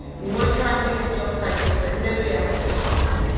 and you want to try and think of job titles that nobody else has come up with,